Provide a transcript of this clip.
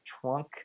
trunk